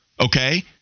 okay